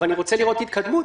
אבל אני רוצה לראות התקדמות.